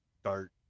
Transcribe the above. start